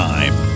Time